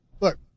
look